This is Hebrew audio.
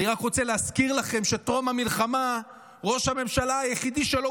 אני רק רוצה להזכיר לכם שלפני המלחמה ראש הממשלה היחיד שלא